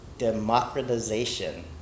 democratization